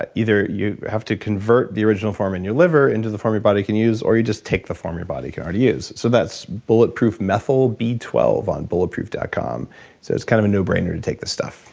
ah either you have to convert the original form in your liver into the form your body can use or you just take the form your body can already use. so that's bulletproof methyl b twelve on bulletproof dot com. so it's kind of a no-brainer to take this stuff